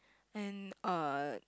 and uh